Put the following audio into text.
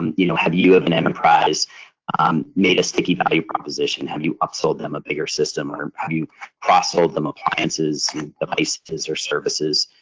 um you know, have you had an enterprise um made a sticky value proposition, have you upsold them a bigger system or have you cross-sold them appliances or devices or services?